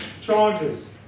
charges